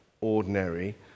ordinary